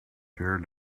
tear